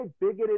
bigoted